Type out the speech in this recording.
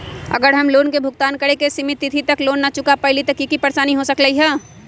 अगर हम लोन भुगतान करे के सिमित तिथि तक लोन न चुका पईली त की की परेशानी हो सकलई ह?